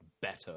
better